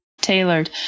tailored